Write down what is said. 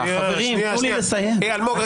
אלמוג,